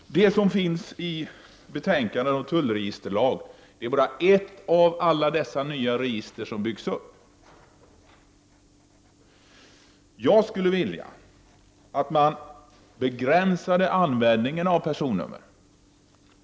Det som finns i betänkandet om tullregisterlag är bara ett av alla dessa nya register som byggs upp. Jag skulle vilja att man begränsade användningen av personnummer.